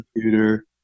computer